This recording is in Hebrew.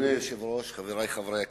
היושב-ראש, חברי חברי הכנסת,